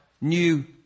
new